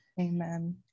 Amen